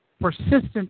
persistent